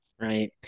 right